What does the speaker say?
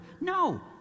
No